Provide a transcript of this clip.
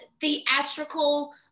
theatrical